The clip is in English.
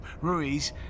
Ruiz